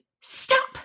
Stop